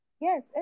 yes